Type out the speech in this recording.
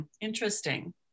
Interesting